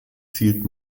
zielt